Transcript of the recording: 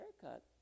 haircut